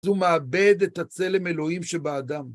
והוא מאבד הצלם אלוהים שבאדם.